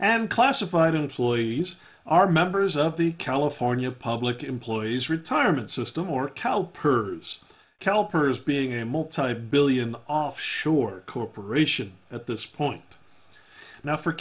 and classified in floyd's are members of the california public employees retirement system or cal pers calipers being a multibillion offshore corporation at this point now for